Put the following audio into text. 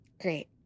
Great